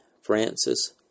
Francis